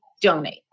donate